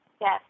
Yes